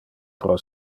pro